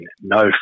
no